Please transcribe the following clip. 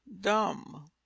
dumb